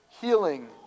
healing